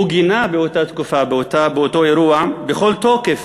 הוא גינה באותה תקופה, באותו אירוע, בכל תוקף,